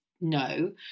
No